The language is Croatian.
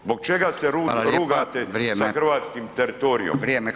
Zbog čega se rugate [[Upadica: Hvala lijepa, vrijeme.]] sa hrvatskim teritorijem?